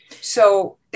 So-